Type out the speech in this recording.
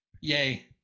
Yay